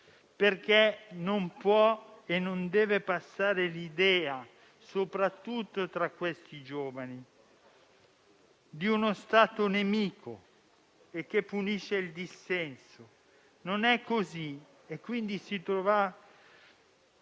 Non può e non deve passare l'idea, soprattutto tra questi giovani, di uno Stato nemico, che punisce il dissenso. Non è così. Quindi, signor